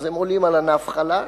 אז הם עולים על ענף חלש,